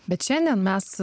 bet šiandien mes